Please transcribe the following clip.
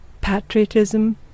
patriotism